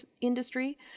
industry